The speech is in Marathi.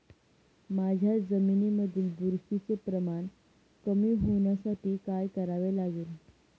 माझ्या जमिनीमधील बुरशीचे प्रमाण कमी होण्यासाठी काय करावे लागेल?